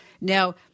Now